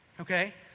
Okay